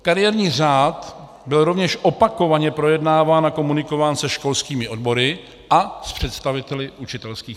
Kariérní řád byl rovněž opakovaně projednáván a komunikován se školskými odbory a s představiteli učitelských fakult.